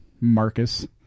Marcus